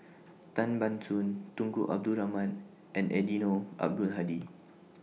Tan Ban Soon Tunku Abdul Rahman and Eddino Abdul Hadi